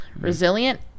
Resilient